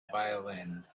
violin